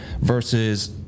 versus